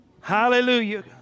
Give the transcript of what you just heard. Hallelujah